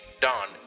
Don